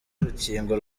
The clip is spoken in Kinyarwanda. urukingo